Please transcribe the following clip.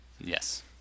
Yes